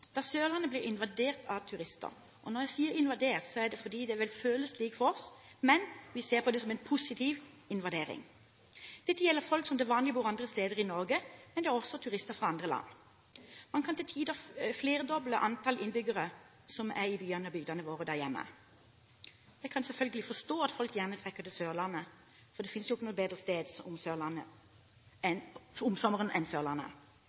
Da blir Sørlandet invadert av turister. Når jeg sier «invadert», er det fordi det vel føles slik for oss, men vi ser på det som en positiv invadering. Dette gjelder folk som til vanlig bor andre steder i Norge, men det er også turister fra andre land. Man kan til tider flerdoble antall innbyggere i byene og bygdene våre der hjemme. Jeg kan selvfølgelig forstå at folk gjerne trekker til Sørlandet, for det finnes ikke noe bedre sted enn Sørlandet